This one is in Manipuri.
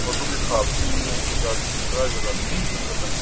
ꯑꯗꯨꯒꯤ ꯁꯥꯕꯒꯤ ꯅꯤꯌꯣꯝ ꯀꯩꯀꯥꯁꯤꯗꯤ ꯀꯔꯥꯏ ꯖꯒꯥꯗ ꯆꯠꯂꯒ ꯈꯪꯒꯅꯤ